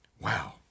Wow